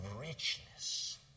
richness